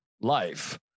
life